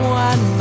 one